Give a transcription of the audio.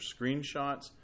screenshots